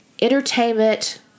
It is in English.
Entertainment